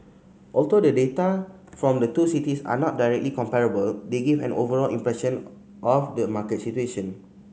although the data from the two cities are not directly comparable they give an overall impression of the market situation